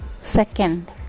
Second